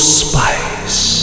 spice